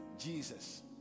Jesus